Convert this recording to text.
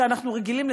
שאנחנו רגילים,